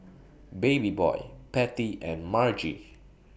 Babyboy Patty and Margy